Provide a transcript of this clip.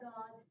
God